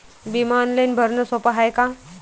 बिमा ऑनलाईन भरनं सोप हाय का?